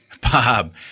Bob